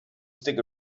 stick